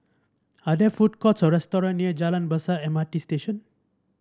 are there food courts or restaurants near Jalan Besar M R T Station